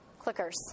clickers